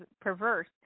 perverse